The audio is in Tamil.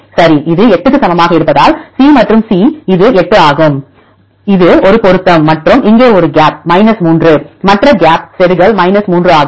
சரி இது 8 க்கு சமமாக இருப்பதால் C மற்றும் C இது 8 ஆகும் இது ஒரு பொருத்தம் மற்றும் இங்கே ஒரு கேப் 3 மற்றும் மற்ற கேப் செருகல் 3 ஆகும்